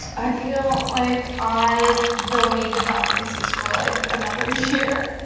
i feel like i've don't need to have reese's for like another year.